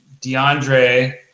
deandre